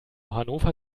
hannover